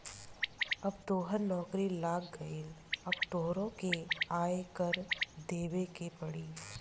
अब तोहरो नौकरी लाग गइल अब तोहरो के आय कर देबे के पड़ी